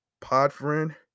Podfriend